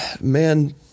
Man